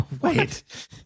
Wait